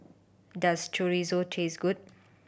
does Chorizo taste good